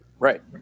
Right